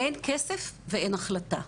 אין כסף ואין החלטה,